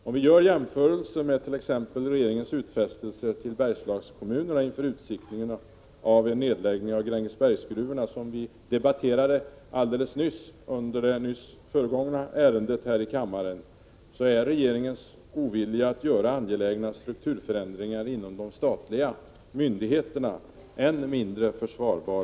Om vi gör en jämförelse med exempelvis regeringens utfästelser till Bergslagskommunerna inför utsikten att Grängesbergsgruvorna skulle läggas ned — en fråga som vi debatterade vid behandlingen av föregående ärende — framstår regeringens ovilja att göra angelägna strukturförändringar inom de statliga myndigheterna som än mindre försvarbar.